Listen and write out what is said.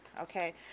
Okay